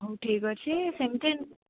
ହଉ ଠିକ୍ ଅଛି ସେମିତି